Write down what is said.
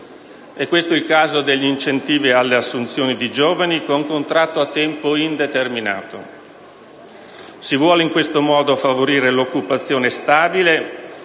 equesto il caso degli incentivi alle assunzioni di giovani con contratto a tempo indeterminato. Si vuole in questo modo favorire l’occupazione stabile